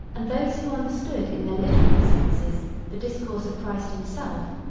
and those who understood in their literal senses the discourse of christ himself,